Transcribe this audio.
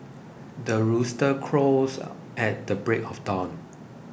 the rooster crows at the break of dawn